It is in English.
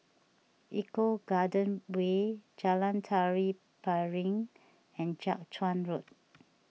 Eco Garden Way Jalan Tari Piring and Jiak Chuan Road